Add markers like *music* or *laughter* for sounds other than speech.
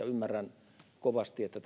*unintelligible* ymmärrän kovasti että *unintelligible*